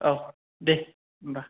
औ दे होमबा